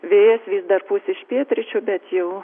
vėjas vis dar pūs iš pietryčių bet jau